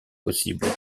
possibles